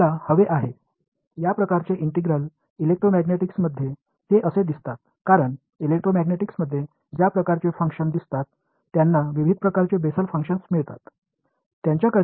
இந்த வகையான ஒருங்கிணைப்புகள் எலெக்ட்ரோமேக்னெட்டிக்ஸ் முழுவதும் இருக்கும் உங்களிடம் பல்வேறு வகையான பெசல் ஃபங்ஷன்களைக் இருக்கும் அவற்றுக்கு நெருக்கமான வடிவ பகுப்பாய்வு வெளிப்பாடு இல்லை